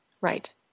Right